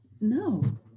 no